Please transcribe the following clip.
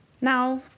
Now